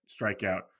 strikeout